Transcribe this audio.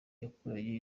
yakuranye